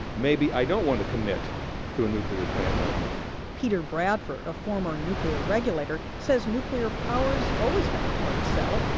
maybe i don't want to commit to a nuclear plant right now peter bradford, a former nuclear regulator, says nuclear power's always been a hard sell.